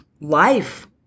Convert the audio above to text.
life